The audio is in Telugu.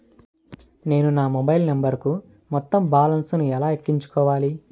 నేను నా మొబైల్ నంబరుకు మొత్తం బాలన్స్ ను ఎలా ఎక్కించుకోవాలి?